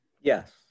Yes